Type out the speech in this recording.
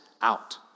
out